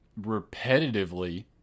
repetitively